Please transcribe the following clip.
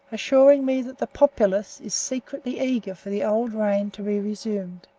assuring me that the populace is secretly eager for the old reign to be resumed.